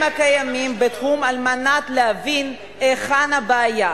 הקיימים בתחום על מנת להבין היכן הבעיה,